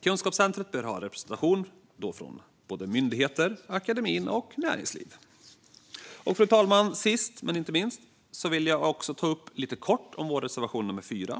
Kunskapscentret bör ha representation från både myndigheter, akademi och näringsliv. Fru talman! Sist men inte minst vill jag kort ta upp vår reservation 4.